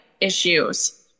issues